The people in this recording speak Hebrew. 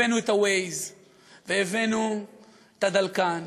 הבאנו את ה-Waze והבאנו את הדלקן,